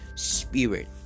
Spirit